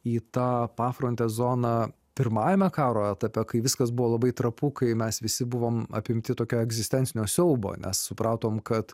į tą pafrontės zoną pirmajame karo etape kai viskas buvo labai trapu kai mes visi buvom apimti tokio egzistencinio siaubo nes supratom kad